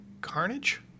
Carnage